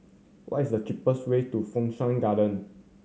what is the cheapest way to Fu Shan Garden